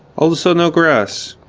also, no grass.